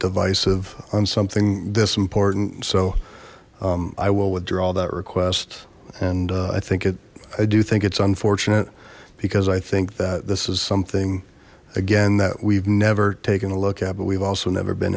divisive on something this important so i will withdraw that request and i think it i do think it's unfortunate because i think that this is something again that we've never taken a look at but we've also never been